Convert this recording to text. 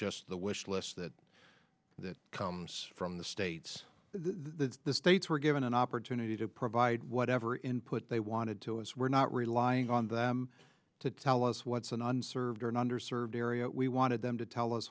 just the wish list that comes from the states the states were given an opportunity to provide whatever input they wanted to is we're not relying on that to tell us what's an uncertain under served area we wanted them to tell us